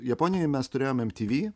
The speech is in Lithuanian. japonijoje mes turėjome em ty vy